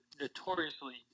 notoriously